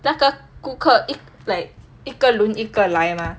那个顾客 like 一个轮一个来 mah